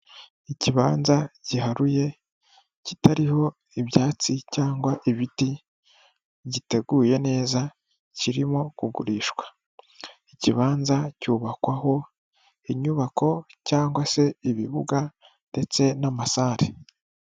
Ikibanza giharuye kitariho ibyatsi cyangwa ibiti giteguye neza kirimo kugurishwa, ikibanza cyubakwaho inyubako cyangwa se ibibuga ndetse n'amasare.